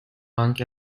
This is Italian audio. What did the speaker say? anche